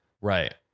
Right